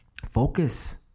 Focus